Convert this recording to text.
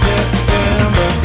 September